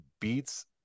beats